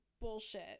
bullshit